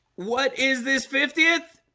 what is this fiftieth?